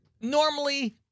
normally